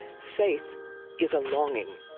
faith is a longing.